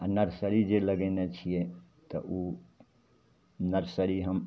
आओर नर्सरी जे लगेने छिए तऽ ओ नर्सरी हम